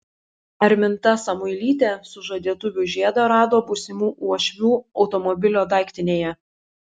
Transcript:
arminta samuilytė sužadėtuvių žiedą rado būsimų uošvių automobilio daiktinėje